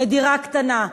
לדירה קטנה.